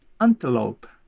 Antelope